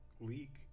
leak